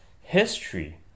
history